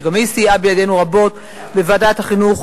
גם היא סייעה בידינו רבות בוועדת החינוך,